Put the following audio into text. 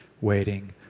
waiting